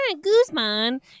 Guzman